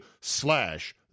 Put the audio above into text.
slash